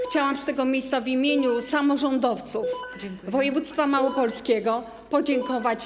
Chciałabym z tego miejsca w imieniu samorządowców województwa małopolskiego podziękować.